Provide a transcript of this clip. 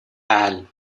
الروز